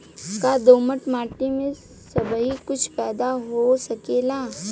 का दोमट माटी में सबही कुछ पैदा हो सकेला?